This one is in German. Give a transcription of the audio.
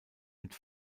mit